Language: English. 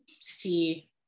see